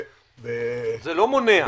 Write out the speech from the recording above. זה לא מונע.